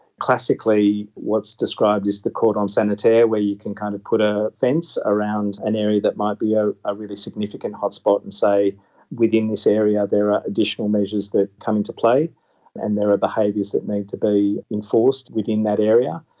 classically what's described as the cordon sanitaire where you can kind of put a fence around an area that might be ah a really significant hotspot and say within this area there are additional measures that come into play and there are behaviours that need to be enforced within that area.